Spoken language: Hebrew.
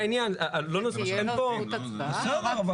בסדר.